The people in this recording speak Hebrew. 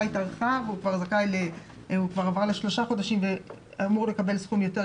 התארכה והוא כבר עבר לשלושה חודשים ואמור לקבל סכום יותר גבוה.